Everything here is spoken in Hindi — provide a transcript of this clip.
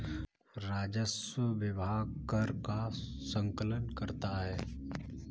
राजस्व विभाग कर का संकलन करता है